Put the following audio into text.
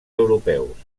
europeus